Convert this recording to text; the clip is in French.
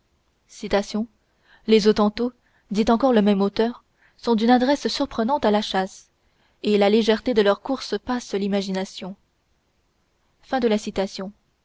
les hottentots dit encore le même auteur sont d'une adresse surprenante à la chasse et la légèreté de leur course passe l'imagination